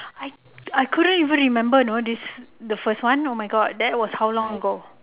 I I couldn't even remember you know this first one oh my god that was how long ago